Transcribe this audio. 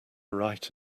write